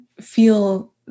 feel